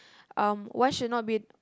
um one should not be